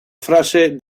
frase